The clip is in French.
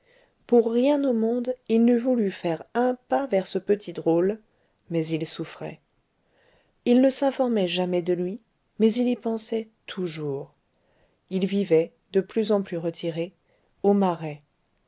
pour rien au monde il n'eût voulu faire un pas vers ce petit drôle mais il souffrait il ne s'informait jamais de lui mais il y pensait toujours il vivait de plus en plus retiré au marais